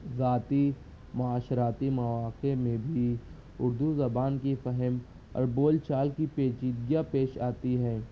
ذاتی معاشرتی مواقع میں بھی اردو زبان کی فہم اور بول چال کی پیچیدگیاں پیش آتی ہیں